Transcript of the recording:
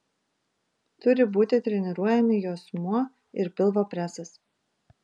turi būti treniruojami juosmuo ir pilvo presas